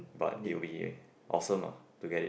but it'll be awesome ah to get it